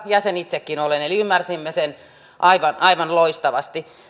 jäsen itsekin olen eli ymmärsimme sen aivan loistavasti